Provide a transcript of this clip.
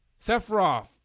Sephiroth